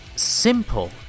Simple